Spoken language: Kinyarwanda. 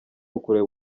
ukureba